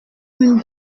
une